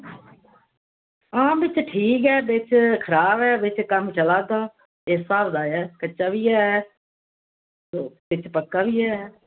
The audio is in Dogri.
आं बिच ठीक ऐ बिच खराब ऐ बिच कम्म चला दा ते इस स्हाब दा कच्चा बी ऐ ते बिच पक्का बी ऐ